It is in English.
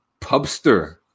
Pubster